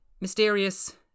mysterious